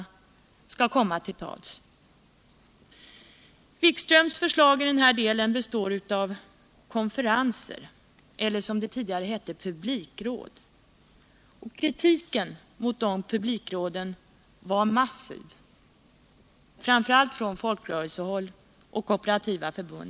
Jan-Erik Wikströms förslag i denna del består av konferenser eller, som det tidigare hette, publikråd. Kritiken mot dessa publikråd var massiv, framför allt från folkrörelsehåll.